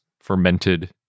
fermented